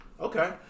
Okay